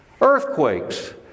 Earthquakes